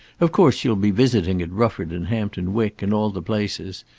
of course you'll be visiting at rufford and hampton wick, and all the places.